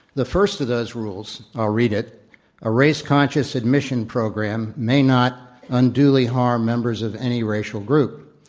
the first of those rules i'll read it a race conscious admissions program may not unduly harm members of any racial group.